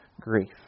grief